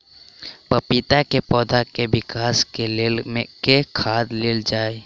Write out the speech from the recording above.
पपीता केँ पौधा केँ विकास केँ लेल केँ खाद देल जाए?